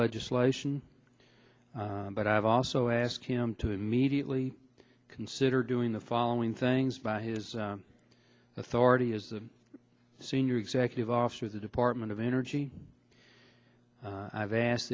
legislation but i've also asked him to immediately consider doing the following things by his authority as the senior executive officer of the department of energy i've asked